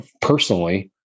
personally